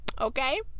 Okay